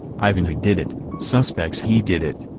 ivan he did it, suspects he did it,